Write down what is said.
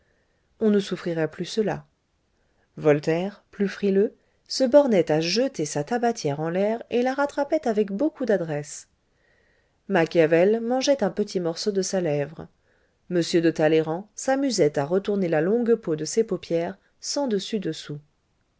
on ne souffrirait plus cela voltaire plus frileux se bornait à jeter sa tabatière en l'air et la rattrapait avec beaucoup d'adresse machiavel mangeait un petit morceau de sa lèvre m de talleyrand s'amusait à retourner la longue peau de ses paupières sens dessus dessous